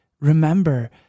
remember